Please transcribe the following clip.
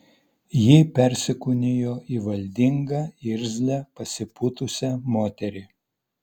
ji persikūnijo į valdingą irzlią pasipūtusią moterį